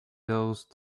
those